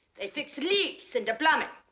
they fix leaks in the plumbing.